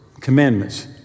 commandments